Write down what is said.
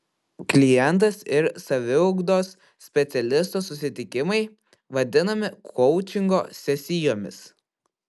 klientas ir saviugdos specialisto susitikimai vadinami koučingo sesijomis